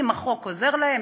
אם החוק עוזר להן,